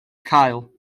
cael